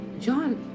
John